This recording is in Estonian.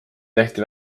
tehti